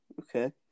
Okay